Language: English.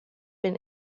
been